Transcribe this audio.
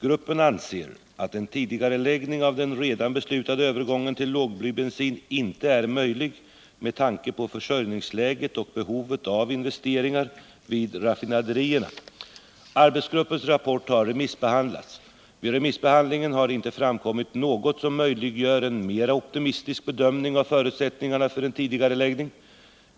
Gruppen anser att en tidigareläggning av den redan beslutade övergången till lågblybensin inte är möjlig med tanke på försörjningsläget och behovet av investeringar vid raffinaderierna. Arbetsgruppens rapport har remissbehandlats. Vid remissbehandlingen har det inte framkommit något som möjliggör en mer optimistisk bedömning av förutsättningarna för en tidigareläggning.